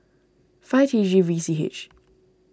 five T G V C H